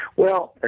well, ah